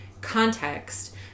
context